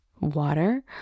water